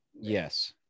Yes